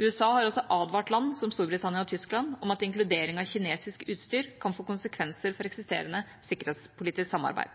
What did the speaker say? USA har også advart land som Storbritannia og Tyskland om at inkludering av kinesisk utstyr kan få konsekvenser for eksisterende sikkerhetspolitisk samarbeid.